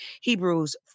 Hebrews